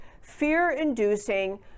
fear-inducing